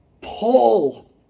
Pull